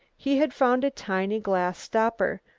he had found a tiny glass stopper,